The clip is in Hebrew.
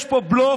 לכן יש פה בלוף,